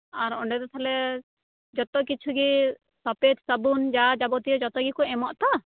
ᱟᱨ ᱚᱸᱰᱮ ᱫᱚ ᱛᱟᱦᱞᱮ ᱡᱚᱛᱚ ᱠᱤᱪᱷᱩᱜᱮ ᱥᱚᱯᱷᱮᱛ ᱥᱟᱵᱚᱱ ᱡᱟ ᱡᱟᱵᱚᱛᱤᱭᱟ ᱡᱚᱛᱚ ᱜᱮᱠᱚ ᱮᱢᱚᱜᱼᱟ ᱛᱚ